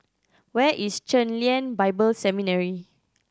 where is Chen Lien Bible Seminary